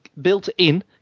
built-in